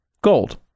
Gold